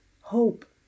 Hope